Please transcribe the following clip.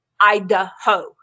Idaho